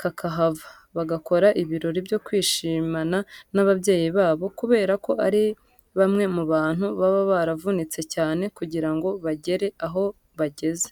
kakahava, bagakora ibirori byo kwishimana n'ababyeyi babo kubera ko ari bamwe mu bantu baba baravunitse cyane kugira ngo bagere aho bageze.